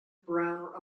browner